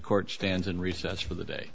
court stands in recess for the day